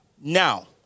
Now